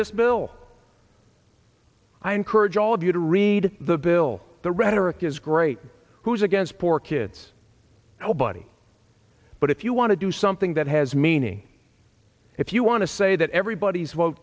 this bill i encourage all of you to read the bill the rhetoric is great who is against poor kids whole body but if you want to do something that has meaning if you want to say that everybody's vote